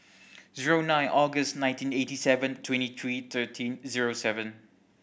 zero nine August nineteen eighty seven twenty three thirteen zero seven